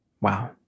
Wow